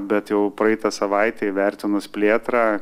bet jau praeitą savaitę įvertinus plėtrą